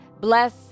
bless